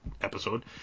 episode